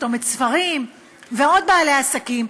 "צומת ספרים" ועוד בעלי עסקים,